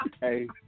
hey